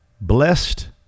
blessed